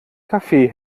kaffee